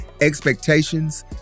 expectations